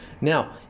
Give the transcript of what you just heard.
now